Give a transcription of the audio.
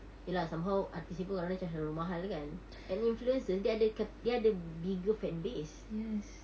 okay lah somehow artist people diorang charge memang terlalu mahal kan and influencers dia ada ca~ dia ada bigger fan base